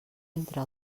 entre